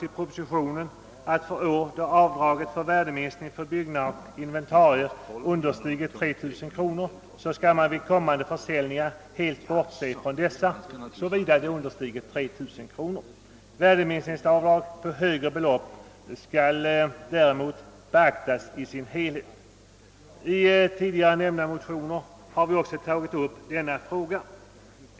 I propositionen föreslås, att för år då avdraget för värdeminskning för byggnad och inventarier understigit 3 000 kronor, så skall man vid kommande försäljningar helt bortse från värdeminskningen. Värdeminskningsavdrag på högre belopp skall däremot beaktas i sin helhet. I tidigare nämnda motioner har vi också tagit upp denna fråga.